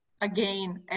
again